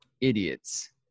idiots